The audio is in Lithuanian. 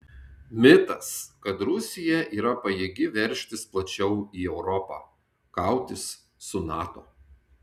mitas kad rusija yra pajėgi veržtis plačiau į europą kautis su nato